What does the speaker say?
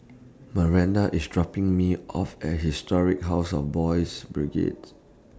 Miranda IS dropping Me off At Historic House of Boys' Brigade